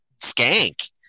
skank